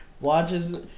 Watches